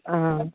অ'